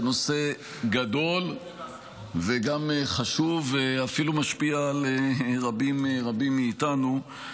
זה נושא גדול וגם חשוב ואפילו משפיע על רבים רבים מאיתנו.